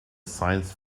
science